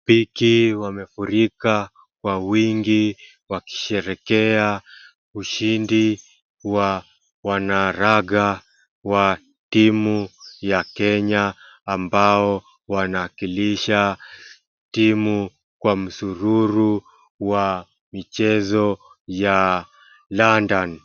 Mashabiki wamefurika kwa wingi wakisherekea ushindi wa wanaraga wa timu ya Kenya ambao wanawakilisha timu kwa msururu wa michezo ya London.